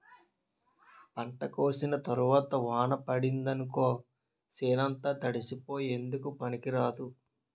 పంట కోసిన తరవాత వాన పడిందనుకో సేనంతా తడిసిపోయి ఎందుకూ పనికిరాదు